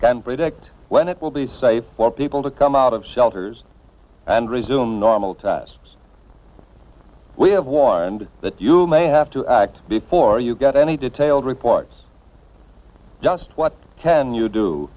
can predict when it will be safe for people to come out of shelters and resume normal tasks we have warned that you may have to act before you get any detailed reports just what can you do